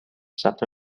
ثبت